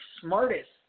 smartest